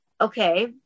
okay